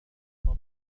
يقول